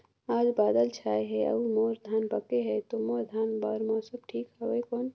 आज बादल छाय हे अउर मोर धान पके हे ता मोर धान बार मौसम ठीक हवय कौन?